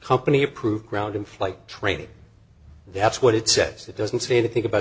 company approved ground in flight training that's what it says it doesn't seem to think about